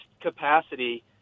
capacity